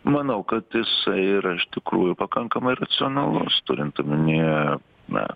manau kad jisai yra iš tikrųjų pakankamai racionalus turint omenyje na